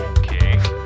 okay